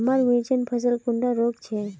हमार मिर्चन फसल कुंडा रोग छै?